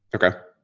okay.